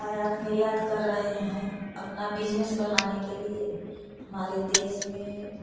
आयात निर्यात कर रहे हैं अपना बिजनेस बढ़ाने के लिए हमारे देश में